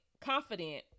confident